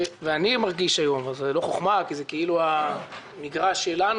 ואני מרגיש את זה היום אבל זו לא חוכמה כי זה המגרש שלנו